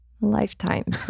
lifetime